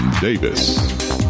Davis